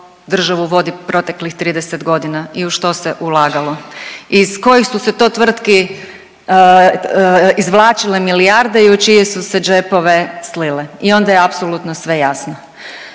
državu vodi proteklih 30 godina i u što se ulagalo, Iz kojih su se to tvrtki izvlačile milijarde i u čije su se džepove slile i onda je apsolutno sve jasno.